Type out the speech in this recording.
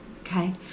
Okay